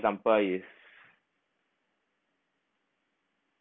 example is